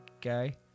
guy